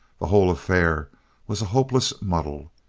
the whole affair was a hopeless muddle.